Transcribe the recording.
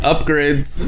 Upgrades